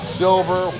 silver